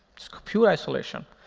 it's pure isolation.